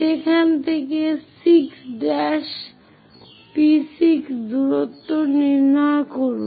সেখান থেকে 6' P6 দূরত্ব নির্ণয় করুন